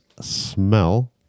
smell